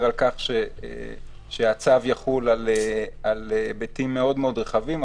על כך שהצו יחול על היבטים מאוד מאוד רחבים,